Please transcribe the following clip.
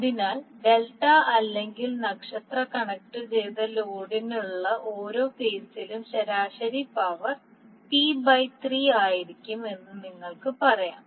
അതിനാൽ ഡെൽറ്റ അല്ലെങ്കിൽ നക്ഷത്ര കണക്റ്റുചെയ്ത ലോഡിനുള്ള ഓരോ ഫേസിലും ശരാശരി പവർ p 3 ആയിരിക്കും എന്ന് നിങ്ങൾക്ക് പറയാം